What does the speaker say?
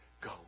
go